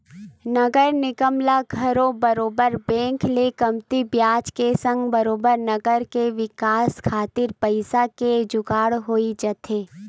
नगर निगम ल घलो बरोबर बेंक ले कमती बियाज के संग बरोबर नगर के बिकास खातिर पइसा के जुगाड़ होई जाथे